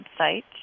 website